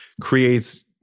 creates